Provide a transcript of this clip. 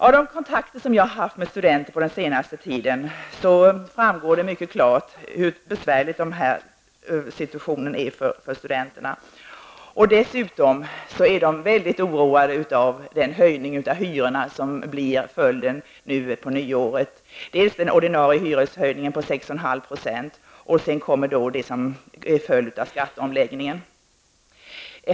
Av de kontakter som jag under den senaste tiden har haft med studenter framgår det mycket klart hur besvärlig situationen är. Dessutom är studenterna mycket oroade över den höjning av hyrorna som kommer vid nyåret. Det gäller dels den ordinarie hyreshöjningen på 6,5 %, dels den höjning som blir en följd av skatteomläggningen.